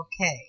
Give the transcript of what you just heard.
Okay